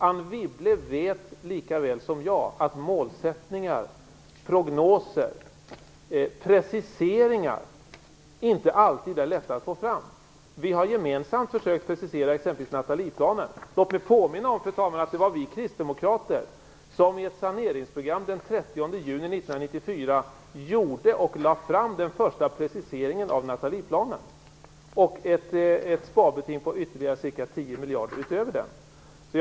Anne Wibble vet lika väl som jag att målsättningar, prognoser och preciseringar inte alltid är lätta att få fram. Vi har gemensamt försökt precisera exempelvis Nathalieplanen. Låt mig påminna om, fru talman, att det var vi kristdemokrater som i ett saneringsprogram den 30 juni 1994 lade fram den första preciseringen av Nathalieplanen och ett sparbeting på 10 miljarder utöver denna.